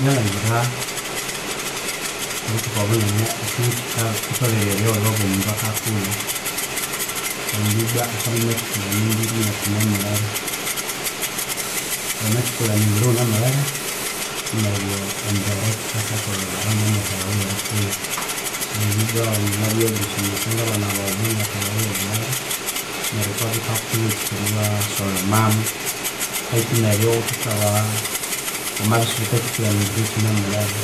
Ngalhangira obuthuku bunene ekihugho kitho kitholhere eryolhoba omundu akakulha kusangwa ibwa akabya mwa kiplaningira enakinemulhere, wama kiplaningira eghukinemulhere neryo ambere kikasakolhobera omwa myaka yaghu eyirikulha kusangwa ibwa wanganabya ewabirisomesya abana baghu omwa myaka yaghu eyobulhere meryo ghukabya ghukakulha ewatsuka eribasolhomamu beithu neryo beithu neryo ghuthethaba wamabya esiwatha kiplaninbgira eghukine mulhere